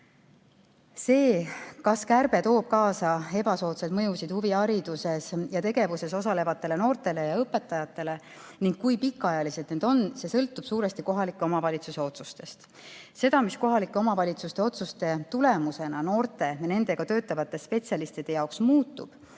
See, kas kärbe toob kaasa ebasoodsaid mõjusid huvihariduses ja -tegevuses osalevatele noortele ja õpetajatele ning kui pikaajalised need võimalikud mõjud on, sõltub suuresti kohalike omavalitsuste otsustest. Seda, mis kohalike omavalitsuste otsuste tulemusena noorte ja nendega töötavate spetsialistide jaoks muutub,